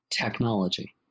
technology